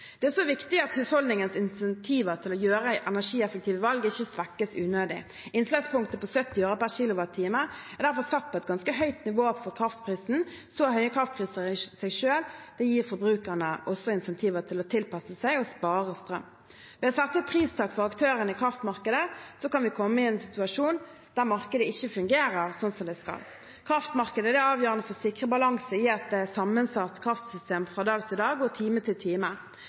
Det er også viktig at husholdningenes insentiver til å gjøre energieffektive valg ikke svekkes unødig. Innslagspunktet på 70 øre/kWh er derfor satt på et ganske høyt nivå for kraftprisen. Så høye kraftpriser gir i seg selv forbrukerne insentiver til å tilpasse seg og spare strøm. Ved å sette et pristak for aktørene i kraftmarkedet kan vi komme i en situasjon der markedet ikke fungerer som det skal. Kraftmarkedet er avgjørende for å sikre balanse i et sammensatt kraftsystem fra dag til dag og time til time.